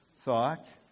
thought